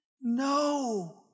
no